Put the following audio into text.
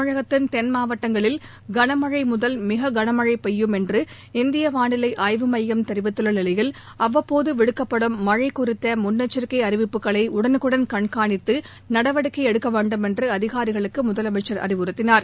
தமிழகத்தின் தென் மாவட்டங்களில் கனமழை முதல் மிக கனமழை பெய்யும் என்று இந்திய வாளிலை ஆய்வு மையம் தெரிவித்துள்ள நிலையில் அவ்வப்போது விடுக்கப்படும் மழை குறித்த முன்னெச்சிக்கை அறிவிப்புகளை டனுக்குடன் கண்னனித்து நடவடிக்கை எடுக்க வேண்டும் என்று அதினரிகளுக்கு முதலமைச்ச் அறிவறுத்தினார்